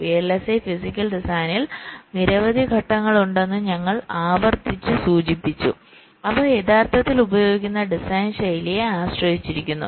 VLSI physical ഡിസൈനിൽ നിരവധി ഘട്ടങ്ങളുണ്ടെന്ന് ഞങ്ങൾ ആവർത്തിച്ച് സൂചിപ്പിച്ചു അവ യഥാർത്ഥത്തിൽ ഉപയോഗിക്കുന്ന ഡിസൈൻ ശൈലിയെ ആശ്രയിച്ചിരിക്കുന്നു